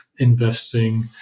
investing